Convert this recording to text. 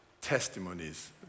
testimonies